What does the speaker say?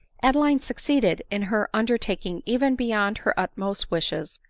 adeline succeeded in her undertaking even beyond her utmost wishes.